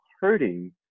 hurting